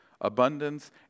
abundance